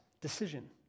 decision